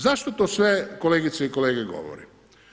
Zašto to sve kolegice i kolege govorim?